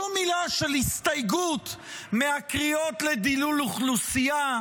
שום מילה של הסתייגות מהקריאות לדילול אוכלוסייה,